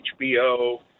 HBO